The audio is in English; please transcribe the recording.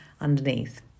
underneath